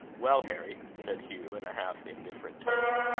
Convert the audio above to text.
well, harry, said hugh, in a half-indifferent tone,